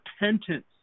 repentance